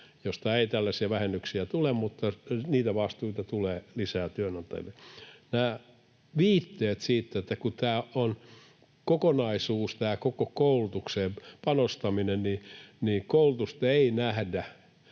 mistä ei tällaisia vähennyksiä tule, mutta vastuita tulee lisää työnantajille. On viitteitä siitä, että kun tämä koulutukseen panostaminen on kokonaisuus, niin koulutusta ei nähdä